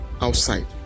outside